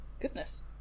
goodness